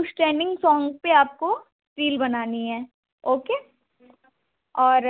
उस trending song पर आपको रील बनानी है ओके और